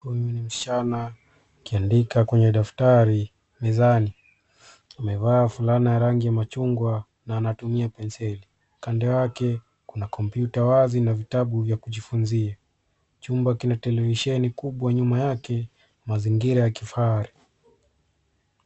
Huyu ni msichana, akiandika kwenye daftari, mezani. Amevaa fulana ya rangi ya machungwa na anatumia penseli. Kando yake, kuna kompyuta wazi na vitabu vya kujifunzia. Chumba kina televisheni kubwa nyuma yake, mazingira ya kifahari.